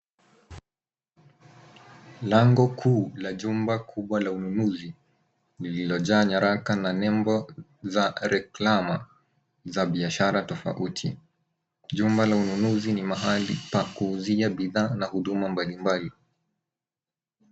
Lango kuu la jumba kubwa la ununuzi zilizojaa nyaraka na nembo za reklama za biashara tofauti. Jumba la ununuzi ni mahali pa kuuzia bidhaa na huduma mbalimbali.